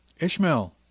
Ishmael